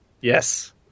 Yes